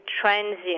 transient